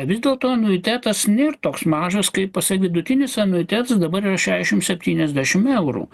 vis vėlto anuitetas nėr toks mažas kaip tasai vidutinis anuitetas dabar yra šesšim septyniasdešim eurų